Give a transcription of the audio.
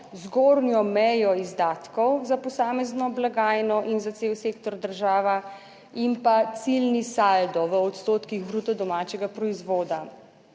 zgornjo mejo izdatkov za posamezno blagajno in za cel sektor država in pa ciljni saldo v odstotkih bruto domačega proizvoda.